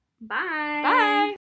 Bye